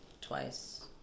Twice